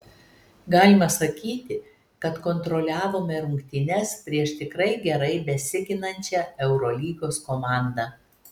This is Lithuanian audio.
galima sakyti kad kontroliavome rungtynes prieš tikrai gerai besiginančią eurolygos komandą